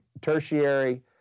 tertiary